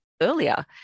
earlier